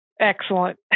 Excellent